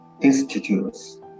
institutes